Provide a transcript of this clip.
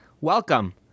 welcome